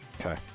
Okay